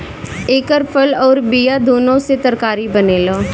एकर फल अउर बिया दूनो से तरकारी बनेला